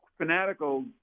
Fanatical